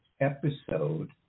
episode